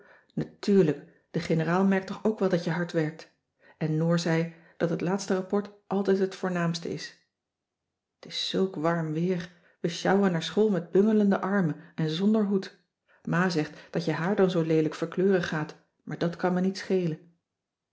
natuurlijk de generaal merkt toch ook wel dat je hard werkt en noor zei dat het laatste rapport altijd het voornaamste is t is zulk warm weer we sjouwen naar school met bungelende armen en zonder hoed ma zegt dat je haar dan zoo leelijk verkleuren gaat maar dat kan me niet schelen